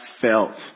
felt